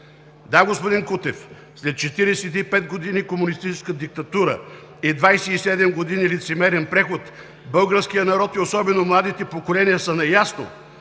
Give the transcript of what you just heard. Да, господин Кутев, след 45 години комунистическа диктатура и 27 години лицемерен преход българският народ, и особено младите поколения, са наясно,